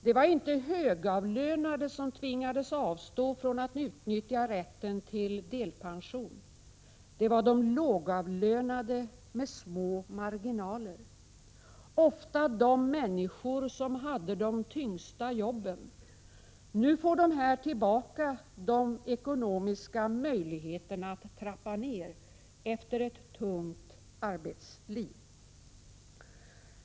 Det var inte de högavlönade som tvingades avstå från att utnyttja rätten till delpension. Det var de lågavlönade med små marginaler, ofta de människor som hade de tyngsta jobben. Nu får de tillbaka de ekonomiska möjligheterna att trappa ner efter ett tungt arbetsliv.